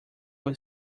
will